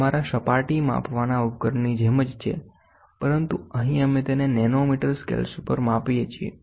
તે તમારા સપાટી માપવાના ઉપકરણની જેમ જ છે પરંતુ અહીં અમે તેને નેનોમીટર સ્કેલ પર માપીએ છીએ